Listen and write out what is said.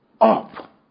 up